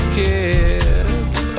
kids